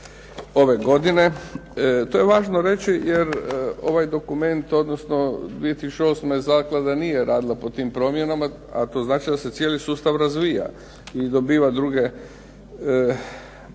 ove godine. To je važno reći jer ovaj dokument, odnosno 2008. zaklada nije radila po tim promjenama, a to znači da se cijeli sustav razvija i dobiva druge